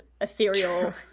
ethereal